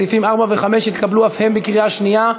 סעיף 3 התקבל בקריאה שנייה.